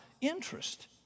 interest